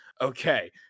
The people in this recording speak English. Okay